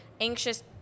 anxious